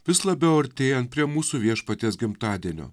vis labiau artėjant prie mūsų viešpaties gimtadienio